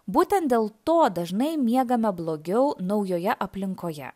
būtent dėl to dažnai miegame blogiau naujoje aplinkoje